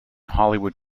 hollywood